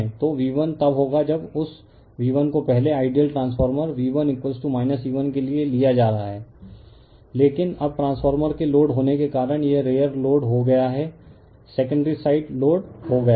तो V1 तब होगा जब उस V1 को पहले आइडियल ट्रांसफॉर्मर V1 E1 के लिए लिया जा रहा हो लेकिन अब ट्रांसफॉर्मर के लोड होने के कारण यह रेयर लोड हो गया है सेकेंडरी साइड लोड हो गया है